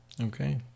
Okay